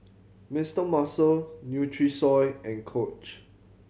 Mister Muscle Nutrisoy and Coach